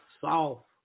soft